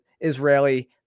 Israeli